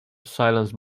silence